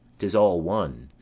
tis all one.